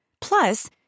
Plus